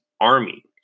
Army